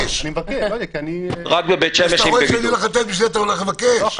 מבקש ------ אתה הולך לבקש?